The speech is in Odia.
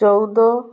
ଚଉଦ